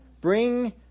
bring